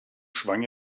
schwang